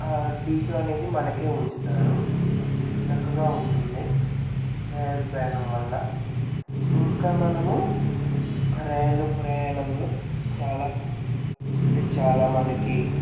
ఆ సీటు అనేది మనకే ఉంచుతారు చక్కగా ఉంటుంది రైలు ప్రయాణం వల్ల ఇంకా మనము రైలు ప్రయాణంలో చాలా అంటే చాలా మనకి